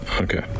okay